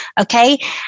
okay